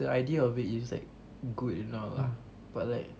the idea of it is like good and all lah but like